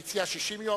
הוא הציע 60 יום.